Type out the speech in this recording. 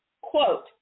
quote